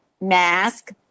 MASK